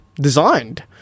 designed